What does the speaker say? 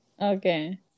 Okay